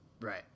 Right